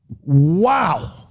Wow